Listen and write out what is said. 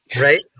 Right